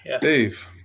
Dave